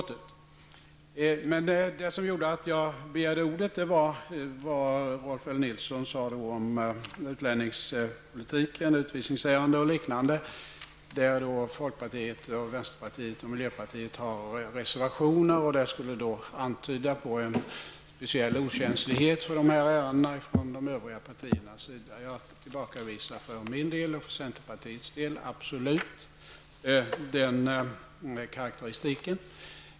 Jag begärde ordet på grund av vad Rolf L Nilson sade om utlänningspolitiken och utvisningsärendena, där folkpartiet, vänsterpartiet och miljöpartiet har reservationer. Det skulle tyda på en speciell okänslighet för dessa ärenden hos övriga partier. För min och centerpartiets del tillbakavisar jag absolut den karaktäristiken.